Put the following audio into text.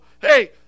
hey